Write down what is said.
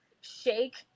shake